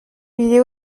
est